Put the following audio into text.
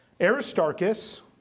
Aristarchus